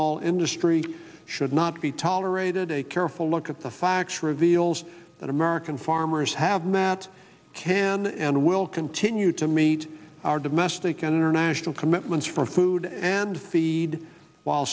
ethanol industry should not be tolerated a careful look at the facts reveals that american farmers have met can and will continue to meet our domestic and international commitments for food and feed while